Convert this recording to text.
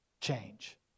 change